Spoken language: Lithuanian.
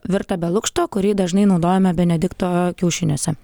virtą be lukšto kurį dažnai naudojame benedikto kiaušiniuose